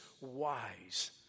wise